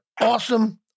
awesome